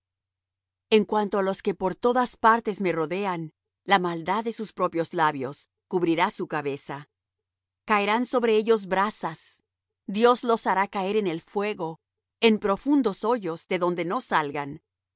en cuanto á los que por todas partes me rodean la maldad de sus propios labios cubrirá su cabeza caerán sobre ellos brasas dios los hará caer en el fuego en profundos hoyos de donde no salgan